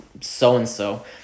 so-and-so